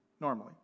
normally